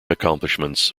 accomplishments